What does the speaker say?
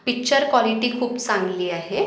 picture quality खूप चांगली आहे